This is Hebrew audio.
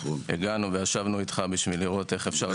והגענו וישבנו איתך כדי לראות איך אפשר לקדם את זה.